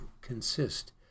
consist